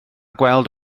gweld